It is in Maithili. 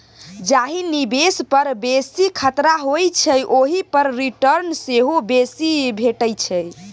जाहि निबेश पर बेसी खतरा होइ छै ओहि पर रिटर्न सेहो बेसी भेटै छै